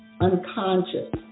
unconscious